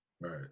Right